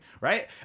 right